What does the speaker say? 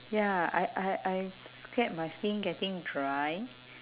ya I I I scared my skin getting dry